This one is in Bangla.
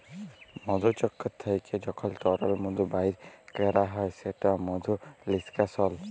মধুচক্কর থ্যাইকে যখল তরল মধু বাইর ক্যরা হ্যয় সেট মধু লিস্কাশল